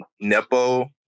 Nepo